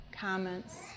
comments